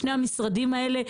בשני המשרדים האלה.